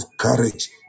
courage